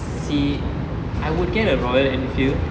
see I would get a royal enfield